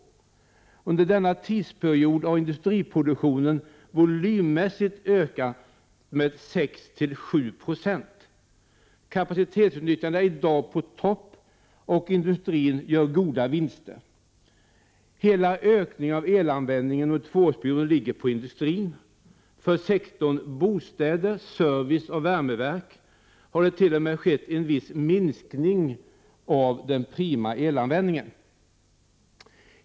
Under denna tidsperiod har industriproduktionen volymmässigt ökat med 6-7 90. Kapacitetsutnyttjandet är i dag på topp, och industrin gör goda vinster. Hela ökningen av elanvändningen under tvåårsperioden ligger på industrin. För sektorn bostäder, service och värmeverk har det t.o.m. skett en viss minskning av användningen av prima el.